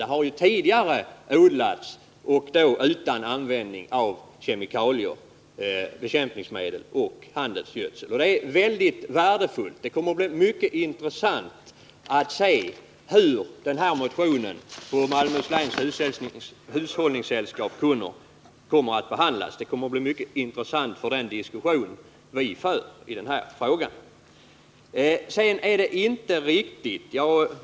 Tidigare har det odlats och då utan användning av kemiska bekämpningsmedel och handelsgödsel. Det kommer att bli mycket intressant att se hur denna motion när det gäller Malmöhus läns hushållningssällskap kommer att behandlas. Det kommer att bli mycket intressant för den diskussion som vi för i denna fråga.